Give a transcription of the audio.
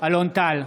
אלון טל,